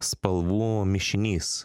spalvų mišinys